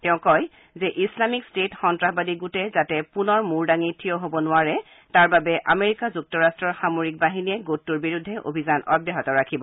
তেওঁ কয় যে ইছলামিক ষ্টেট সন্নাসবাদী গোটে যাতে পুনৰ মূৰ দাঙি ঠিয় হ'ব নোৱাৰে তাৰ বাবে আমেৰিকা যুক্তৰট্টৰ সামৰিক বাহিনীয়ে গোটটোৰ বিৰুদ্ধে অভিযান অব্যাহত ৰাখিব